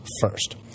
first